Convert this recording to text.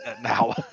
now